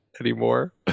anymore